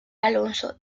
alonso